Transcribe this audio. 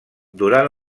durant